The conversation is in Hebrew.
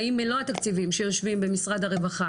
האם מלוא התקציבים שיושבים במשרד הרווחה